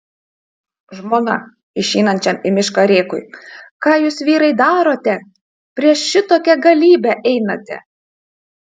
žmona išeinančiam į mišką rėkui ką jūs vyrai darote prieš šitokią galybę einate